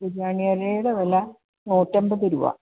ബിരിയാണിയരിയുടെ വില നൂറ്റിയമ്പത് രൂപ